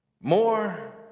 More